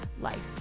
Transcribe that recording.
life